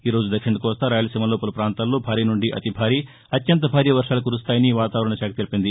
ఈ రోజు దక్షిణ కోస్తా రాయలసీమల్లో పలు ప్రాంతాల్లో భారీ నుంచి అతి భారీ అత్యంత భారీ వర్వాలు కురుస్తాయని వాతావరణశాఖ తెలిపింది